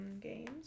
games